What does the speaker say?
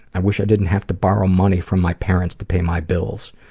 i wish i didn't have to borrow money from my parents to pay my bills.